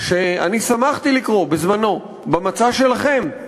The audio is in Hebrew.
שאני שמחתי לקרוא בזמנו במצע שלכם,